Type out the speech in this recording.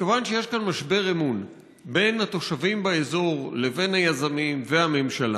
וכיוון שיש כאן משבר אמון בין התושבים באזור לבין היזמים והממשלה,